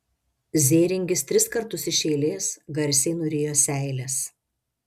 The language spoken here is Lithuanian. zėringis tris kartus iš eilės garsiai nurijo seiles